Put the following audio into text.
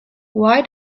why